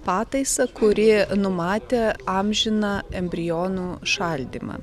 pataisą kuri numatė amžiną embrionų šaldymą